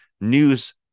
news